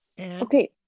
okay